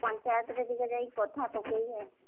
ପଞ୍ଚାୟତରେ ଟିକେ ଯାଇକି କଥା ପକାଇବେ